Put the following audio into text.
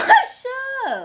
sure